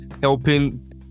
helping